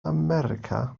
america